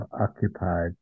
occupied